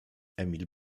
emil